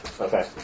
Okay